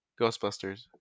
Ghostbusters